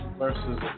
versus